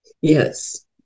Yes